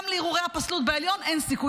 גם לטיעוני הפסלות בעליון אין סיכוי.